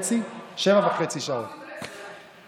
תסכים איתי שזה יכול לקרות?